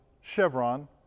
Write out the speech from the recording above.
Chevron